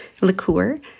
liqueur